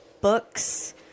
books